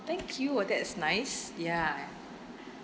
thank you oh that's nice ya